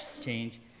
change